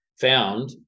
found